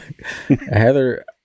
Heather